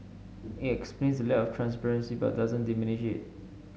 it explains lack of transparency but doesn't diminish it